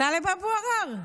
טלב אבו עראר.